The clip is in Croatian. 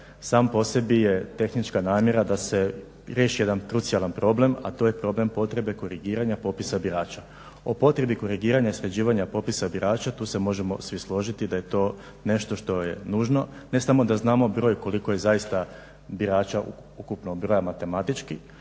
sam po sebi je tehnička namjera da se riješi jedan krucijalan problem, a to je problem potrebe korigiranja popisa birača. O potrebi korigiranja i sređivanja popisa birača tu se možemo svi složiti da je to nešto što je nužno. Ne samo da znamo broj koliko je zaista birača ukupnog broja matematički